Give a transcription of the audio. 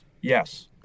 Yes